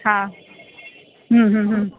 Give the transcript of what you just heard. હં હં હં હં